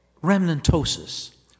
remnantosis